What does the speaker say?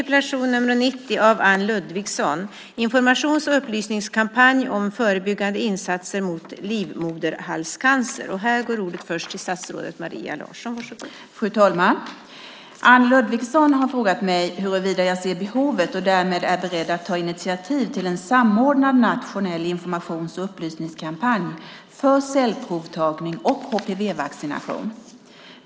Fru talman! Anne Ludvigsson har frågat mig huruvida jag ser behovet och därmed är beredd att ta initiativ till en samordnad nationell informations och upplysningskampanj för cellprovtagning och HPV-vaccinering.